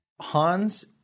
Hans